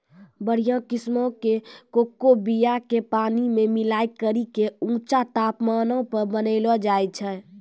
बढ़िया किस्मो के कोको बीया के पानी मे मिलाय करि के ऊंचा तापमानो पे बनैलो जाय छै